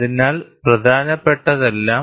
അതിനാൽ പ്രധാനപ്പെട്ടതെല്ലാം